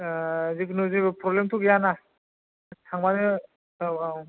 जिखुनु जेबो फ्रब्लेमथ' गैयाना थांबानो औ औ